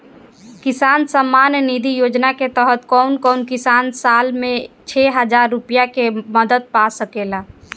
किसान सम्मान निधि योजना के तहत कउन कउन किसान साल में छह हजार रूपया के मदद पा सकेला?